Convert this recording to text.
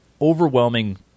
overwhelming